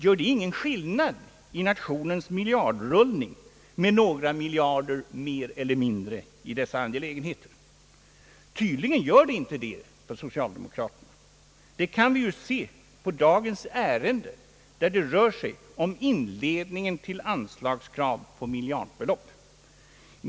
Gör det i nationens miljardrullning ingen skillnad med några miljarder mer eller mindre i dessa angelägenheter? Tydligen gör det inte det för socialdemokraterna. Det kan vi se på dagens ärende där det rör sig om inled ningen till anslagskrav på miljardbelopp.